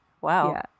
Wow